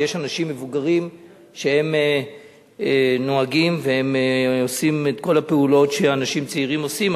ויש אנשים מבוגרים שנוהגים ועושים את כל הפעולות שאנשים צעירים עושים,